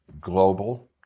global